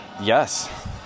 Yes